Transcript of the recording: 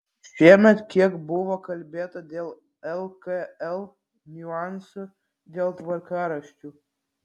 šiemet kiek buvo kalbėta dėl lkl niuansų dėl tvarkaraščių